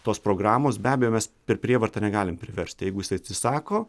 tos programos be abejo mes per prievartą negalim priversti jeigu jisai atsisako